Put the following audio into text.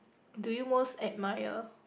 do you most admire